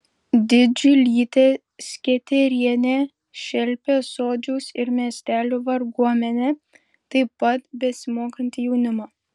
didžiulytė sketerienė šelpė sodžiaus ir miestelių varguomenę taip pat besimokantį jaunimą